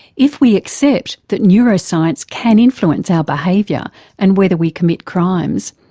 if we accept that neuroscience can influence our behaviour and whether we commit crimes,